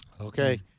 Okay